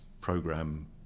program